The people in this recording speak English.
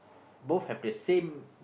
both have the same